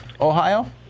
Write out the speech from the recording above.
Ohio